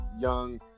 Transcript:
young